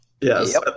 Yes